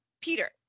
Peter